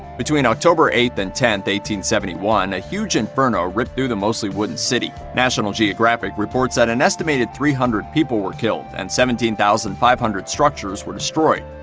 between october eight and ten seventy one, a huge inferno ripped through the mostly wooden city. national geographic reports that an estimated three hundred people were killed and seventeen thousand five hundred structures were destroyed.